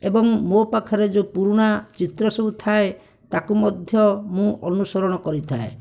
ଏବଂ ମୋ ପାଖରେ ଯେଉଁ ପୁରୁଣା ଚିତ୍ର ସବୁ ଥାଏ ତାକୁ ମଧ୍ୟ ମୁଁ ଅନୁସରଣ କରିଥାଏ